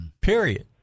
period